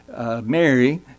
Mary